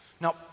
Now